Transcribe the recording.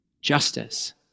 Justice